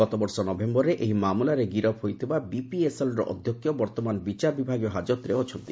ଗତବର୍ଷ ନଭେମ୍ବରରେ ଏହି ମାମଲାରେ ଗିରଫ ହୋଇଥିବା ବିପିଏସ୍ଏଲ୍ର ଅଧ୍ୟକ୍ଷ ବର୍ତ୍ତମାନ ବିଚାର ବିଭାଗୀୟ ହାକତରେ ଅଛନ୍ତି